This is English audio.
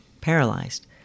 paralyzed